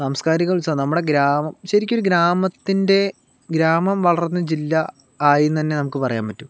സാംസ്കാരിക ഉത്സവം നമ്മുടെ ഗ്രാമം ശരിക്കൊരു ഗ്രാമത്തിൻ്റെ ഗ്രാമം വളർന്ന് ജില്ല ആയിയെന്നുതന്നെ നമുക്ക് പറയാൻ പറ്റും